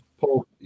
Paul